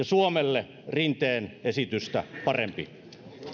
suomelle rinteen esitystä parempi